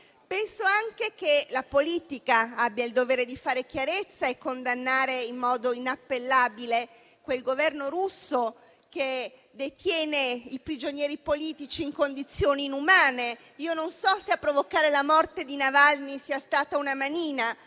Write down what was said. Penso anche che la politica abbia il dovere di fare chiarezza e condannare in modo inappellabile quel Governo russo che detiene i prigionieri politici in condizioni inumane. Io non so se a provocare la morte di Navalny sia stata una manina,